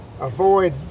avoid